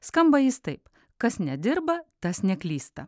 skamba jis taip kas nedirba tas neklysta